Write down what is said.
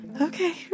Okay